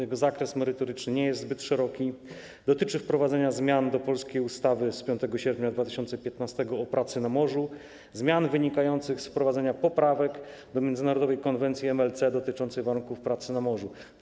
Jego zakres merytoryczny nie jest zbyt szeroki, dotyczy wprowadzenia zmian do polskiej ustawy z dnia 5 sierpnia 2015 r. o pracy na morzu, zmian wynikających z wprowadzenia poprawek do międzynarodowej Konwencji MLC dotyczących warunków pracy na morzu.